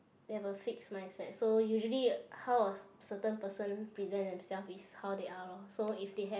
they have a fixed mindset so usually how a certain person present themselves is how they are loh so if they have